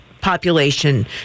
population